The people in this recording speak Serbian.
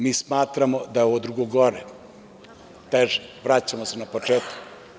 Mi smatramo da je ovo drugo gore, teže, vraćamo se na početak.